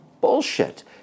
bullshit